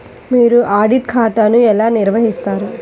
మీరు ఆడిట్ ఖాతాను ఎలా నిర్వహిస్తారు?